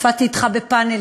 הופעתי אתך בפאנלים,